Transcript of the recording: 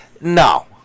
No